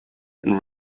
and